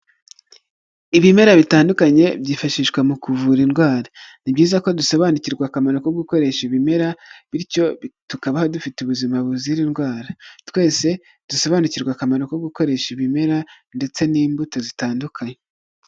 Ibimera bitandukanye byifashishwa mu kuvura indwara, ni byiza ko dusobanukirwa akamaro ko gukoresha ibimera bityo tukabaho dufite ubuzima buzira indwara, twese dusobanukirwe akamaro ko gukoresha ibimera ndetse n'imbuto zitandukanye.